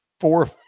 four